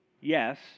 yes